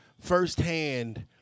firsthand